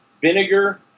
vinegar